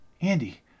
Andy